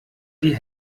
die